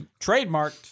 trademarked